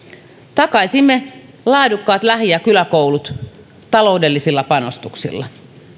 takaisimme laadukkaat lähi ja kyläkoulut taloudellisilla panostuksilla